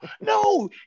no